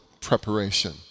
preparation